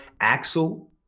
Axel